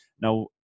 Now